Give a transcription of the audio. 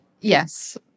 Yes